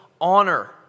honor